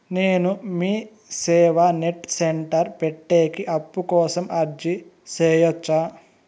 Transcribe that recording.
నేను Meeseva net centre పెట్టేకి అప్పు కోసం అర్జీ సేయొచ్చా?